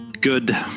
good